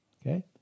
Okay